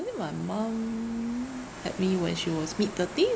I think my mum had me when she was mid thirties